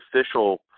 official